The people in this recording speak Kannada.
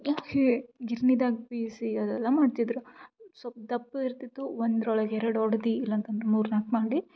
ಗಿರಣಿದಾಗ್ ಬೀಸಿ ಅದೆಲ್ಲ ಮಾಡ್ತಿದ್ರು ಸ್ವಲ್ಪ್ ದಪ್ಪ ಇರ್ತಿತ್ತು ಒಂದರ ಒಳಗೆ ಎರಡು ಹೊಡ್ದು ಇಲ್ಲಾಂತಂದ್ರೆ ಮೂರು ನಾಲ್ಕು ಮಾಡಿ